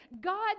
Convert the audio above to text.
God